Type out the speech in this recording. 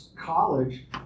college